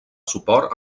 suport